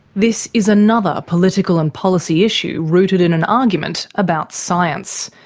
this is another political and policy issue rooted in an argument about science.